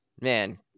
man